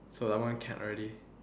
so that one can't already